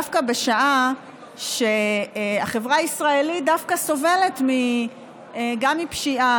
דווקא בשעה שהחברה הישראלית סובלת גם מפשיעה,